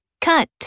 cut